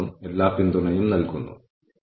അപ്പോൾ ഇത് ഒരു പോസിറ്റീവ് കൂട്ടിച്ചേർക്കലാണ്